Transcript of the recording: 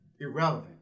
irrelevant